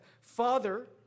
Father